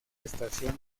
estación